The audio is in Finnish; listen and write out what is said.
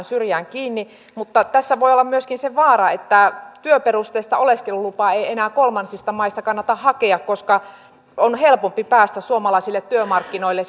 syrjään kiinni mutta tässä voi olla myöskin se vaara että työperusteista oleskelulupaa ei enää kolmansista maista kannata hakea koska on helpompi päästä suomalaisille työmarkkinoille